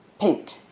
pink